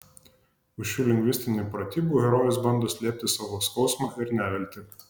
už šių lingvistinių pratybų herojus bando slėpti savo skausmą ir neviltį